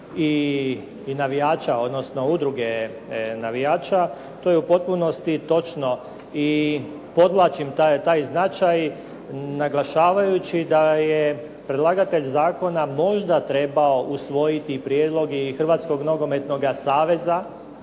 i navijača, odnosno udruge navijača, to je u potpunosti točno i podvlačim taj značaj naglašavajući da je predlagatelj zakona možda trebao usvojiti prijedloge i Hrvatskog nogometnog saveza